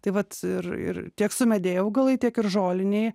tai vat ir ir tiek sumedėję augalai tiek ir žoliniai